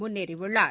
முன்னேறியுள்ளார்